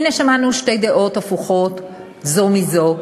הנה שמענו שתי דעות הפוכות זו מזו,